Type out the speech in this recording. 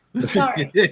Sorry